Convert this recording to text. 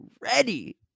Ready